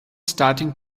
starting